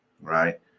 Right